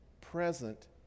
present